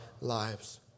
lives